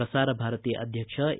ಪ್ರಸಾರ ಭಾರತಿ ಅಧ್ಯಕ್ಷ ಎ